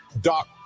Doc